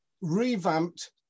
revamped